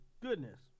goodness